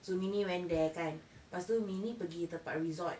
so minnie went there kan lepas tu minnie pergi tempat resort